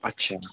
اچھا